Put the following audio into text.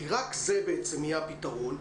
כי רק זה בעצם יהיה הפתרון.